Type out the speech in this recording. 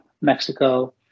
Mexico